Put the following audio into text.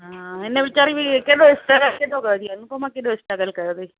हिन वेचारी बि कहिॾो स्ट्रगल केॾो कयो तईं अनुपमा केॾो स्ट्रगल कयो अथईं